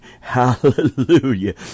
Hallelujah